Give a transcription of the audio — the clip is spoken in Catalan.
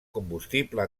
combustible